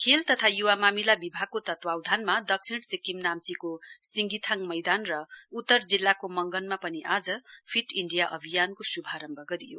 खेल तथा युवा मामिला विभागको तत्वधानमा दक्षिण सिक्किम नाम्चीको सिंगिथाङ मैदान र उतर जिल्लाको मगनमा पनि आज फिट इण्डिया अभियानको श्भारम्भ गरियो